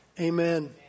Amen